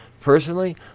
personally